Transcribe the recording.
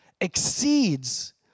exceeds